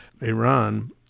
Iran